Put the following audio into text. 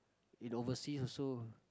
in overseas also